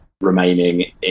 remaining